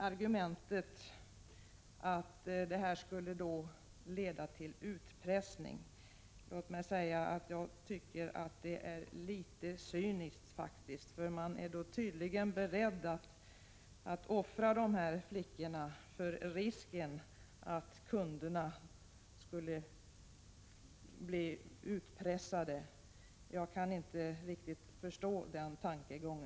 Argumentet att detta skulle leda till utpressning anser jag vara litet cyniskt. Man är då tydligen beredd att offra dessa flickor inför risken att kunderna skulle bli utpressade. Jag kan inte riktigt förstå denna tankegång.